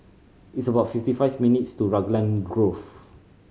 it's about fifty fives minutes to Raglan Grove